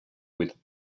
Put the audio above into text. with